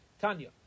Tanya